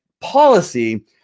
policy